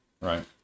Right